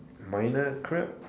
minor crap